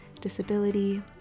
disability